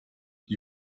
die